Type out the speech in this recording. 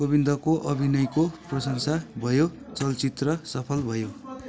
गोविन्दको अभिनयको प्रशंसा भयो चलचित्र सफल भयो